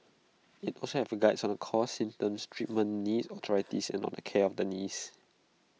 IT also has Guides on the causes symptoms treatment knee osteoarthritis and on the care of the knees